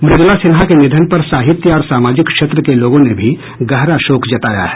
मृदुला सिन्हा के निधन पर साहित्य और सामाजिक क्षेत्र के लोगों ने भी गहरा शोक जताया है